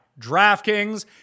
DraftKings